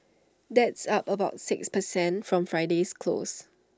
that's up about six per cent from Friday's close